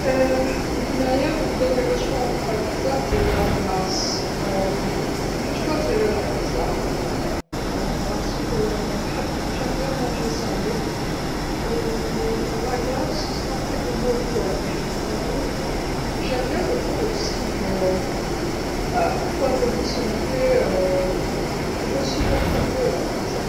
هنايا تعطو الإختيار بين بيتزا و لاكرام نختار البيتزا على خاطرش نحب نحب كثر ناكل المالح و لاكرام ديرلي ألم في الحلق، بالرغم من نحب الذوق ثاني بصح مين تجي من نظرة الصحه نفضل البيتزا.